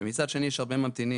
ומצד שני יש הרבה ממתינים.